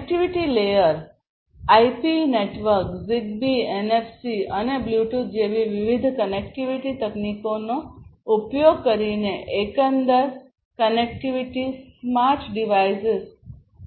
connectivity layer IP network Zigbee NFC અને Bluetooth જેવી વિવિધ કનેક્ટિવિટી તકનીકોનો ઉપયોગ કરીને એકંદર કનેક્ટિવિટી સ્માર્ટ ડિવાઇસેસ